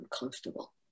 uncomfortable